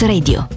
Radio